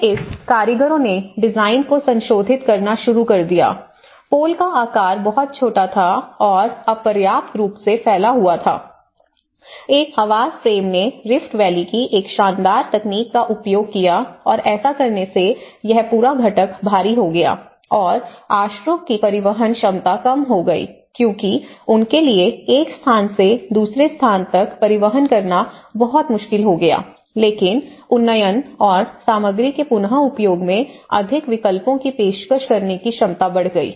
फिर इस कारीगरों ने डिजाइन को संशोधित करना शुरू कर दिया पोल का आकार बहुत छोटा था और अपर्याप्त रूप से फैला हुआ था एक आवास फ्रेम ने रिफ्ट वैली की एक शानदार तकनीक का उपयोग किया और ऐसा करने से यह पूरा घटक भारी हो गया और आश्रयों की परिवहन क्षमता कम हो गई क्योंकि उनके लिए एक स्थान से दूसरे स्थान तक परिवहन करना बहुत मुश्किल हो गया लेकिन उन्नयन और सामग्री के पुन उपयोग में अधिक विकल्पों की पेशकश करने की क्षमता बढ़ गई